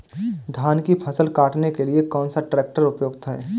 धान की फसल काटने के लिए कौन सा ट्रैक्टर उपयुक्त है?